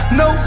no